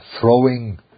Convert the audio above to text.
throwing